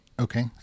Okay